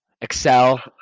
excel